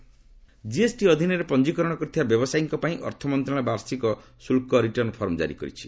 GST return GST ଅଧୀନରେ ପଞ୍ଜିକରଣ କରିଥିବା ବ୍ୟବସାୟୀଙ୍କ ପାଇଁ ଅର୍ଥମନ୍ତ୍ରଣାଳୟ ବାର୍ଷିକ ଶୁଳ୍କ ରିଟର୍ଣ୍ଣ ଫର୍ମ ଜାରି କରିଛି